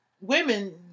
women